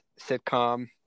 sitcom